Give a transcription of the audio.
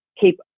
keep